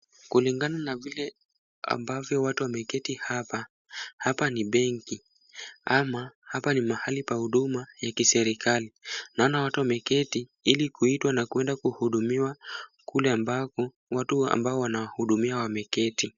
Kulingana na vile ambavyo watu wameketi hapa, hapa ni benki ama hapa ni mahali pa huduma ya kiserikali. Naona watu wameketi ili kuitwa na kwenda kuhudumiwa kule ambako watu ambao wanahudumia wameketi.